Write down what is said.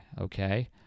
okay